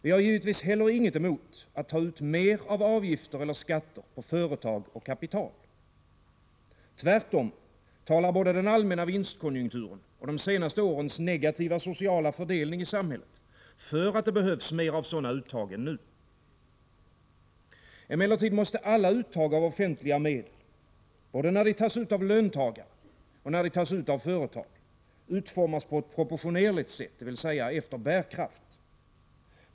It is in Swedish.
Vi har givetvis heller ingenting emot att ta ut mera avgifter eller skatter på företag och kapital. Tvärtom talar både den allmänna vinstkonjunkturen och de senaste årens negativa sociala fördelning i samhället för att det behövs mer sådana uttag än nu. Emellertid måste alla uttag av offentliga medel, både när de sker från löntagare och när de sker från företag, utformas på ett proportionerligt sätt, dvs. efter bärkraft.